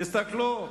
תסתכלו.